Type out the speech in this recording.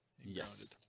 yes